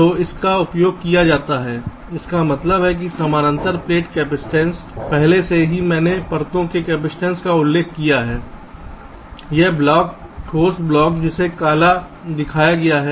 तो इसका उपयोग किया जाता है इसका मतलब है कि समानांतर प्लेट कैपेसिटेंस पहले से ही है मैंने परतों के कपसिटंस का उल्लेख किया है यह ब्लॉक ठोस ब्लॉक जिसे काला दिखाया गया है